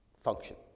function